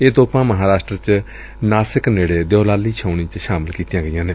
ਇਹ ਤੋਪਾਂ ਮਹਾਂਰਾਸ਼ਟਰ ਚ ਨਾਸਿਕ ਨੇੜੇ ਦਿਓਲਾਲੀ ਛਾਉਣੀ ਚ ਸ਼ਾਮਲ ਕੀਤੀਆਂ ਗਈਆਂ ਨੇ